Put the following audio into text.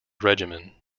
regimen